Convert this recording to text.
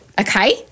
Okay